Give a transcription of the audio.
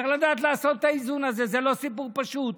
צריך לדעת לעשות את האיזון הזה, זה לא סיפור פשוט.